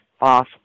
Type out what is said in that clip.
off